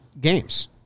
games